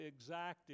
exact